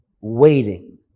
waiting